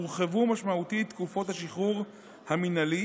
הורחבו משמעותית תקופות השחרור המינהלי,